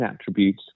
attributes